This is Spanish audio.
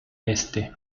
este